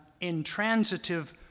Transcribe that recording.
intransitive